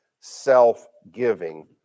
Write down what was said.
self-giving